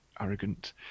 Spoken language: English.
arrogant